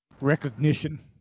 Recognition